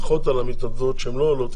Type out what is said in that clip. פחות על המתנדבות שהן לא עולות,